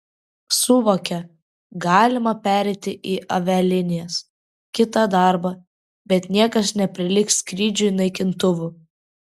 suvokia galima pereiti į avialinijas kitą darbą bet niekas neprilygs skrydžiui naikintuvu